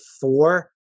four